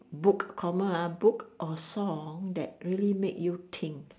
book comma ah book or song that really make you think